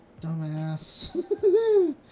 Dumbass